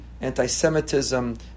anti-Semitism